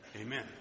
Amen